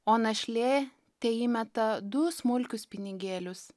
o našlė teįmeta du smulkius pinigėlius